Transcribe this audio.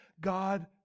God